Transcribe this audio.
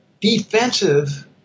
Defensive